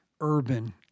urban